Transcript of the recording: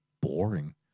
boring